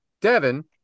Devin